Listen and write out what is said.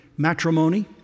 Matrimony